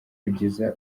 kugeza